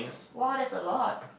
!wah! there's a lot